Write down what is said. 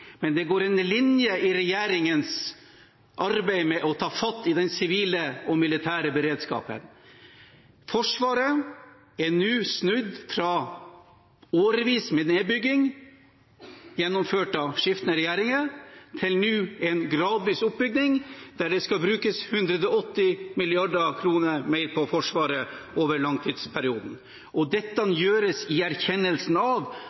Men det går en linje gjennom regjeringens arbeid med å ta fatt i den sivile og militære beredskapen. Forsvaret er nå snudd fra årevis med nedbygging, gjennomført av skiftende regjeringer, til nå en gradvis oppbygning, der det skal brukes 180 mrd. kr mer på Forsvaret over langtidsperioden. Og dette gjøres i erkjennelsen av